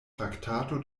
traktato